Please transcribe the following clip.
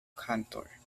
cantor